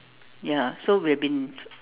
ya so we've been